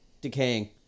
Decaying